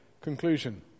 conclusion